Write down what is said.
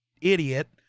idiot